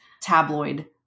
tabloid